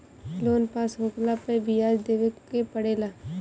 loan pass होखला पअ बियाज देवे के पड़ेला